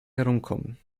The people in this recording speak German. herumkommen